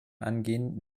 angehen